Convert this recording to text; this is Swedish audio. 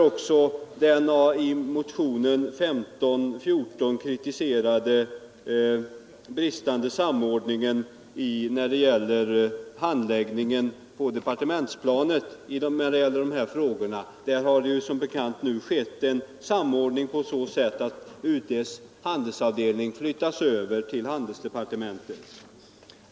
Beträffande den i motionen 1514 kritiserade bristande samordningen i handläggningen av dessa frågor på departementsplanet har det som bekant nu skett en samordning på så sätt att UD:s handelsavdelning flyttats över till handelsdepartementet.